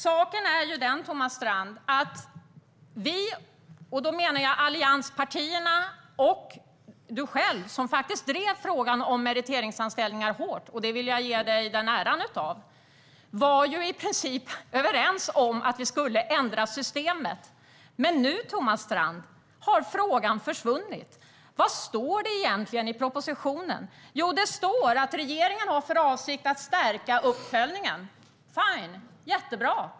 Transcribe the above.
Saken är, Thomas Strand, att vi, och då menar jag allianspartierna och du själv, som faktiskt drev frågan om meriteringsanställningar hårt - och det vill jag ge dig äran för - i princip var överens om att vi skulle ändra systemet. Men nu, Thomas Strand, har frågan försvunnit. Vad står det egentligen i propositionen? Jo, det står att regeringen har för avsikt att stärka uppföljningen. Fine. Jättebra.